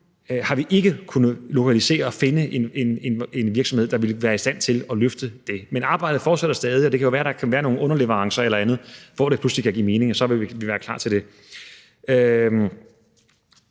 har vi ikke kunnet lokalisere og finde en virksomhed, der ville være i stand til at løfte det, men arbejdet fortsætter stadig, og det kan jo være, der kan være nogle underleverancer eller andet, hvor det pludselig kan give mening, og så vil vi være klar til det.